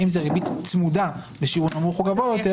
אם זו ריבית צמודה בשיעור נמוך או גבוה יותר,